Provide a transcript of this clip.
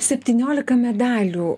septyniolika medalių